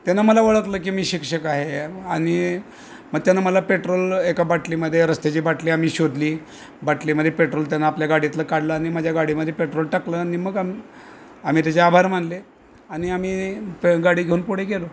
त्यांना मला ओळखलं की मी शिक्षक आहे आणि मग त्यानं मला पेट्रोल एका बाटलीमध्ये रस्त्याची बाटली आम्ही शोधली बाटलीमध्ये पेट्रोल त्यानं आपल्या गाडीतलं काढलं आणि माझ्या गाडीमध्ये पेट्रोल टाकलं आणि मग आ् आम्ही त्याचे आभार मानले आणि आम्ही गाडी घेऊन पुढे गेलो